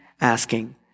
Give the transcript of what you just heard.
asking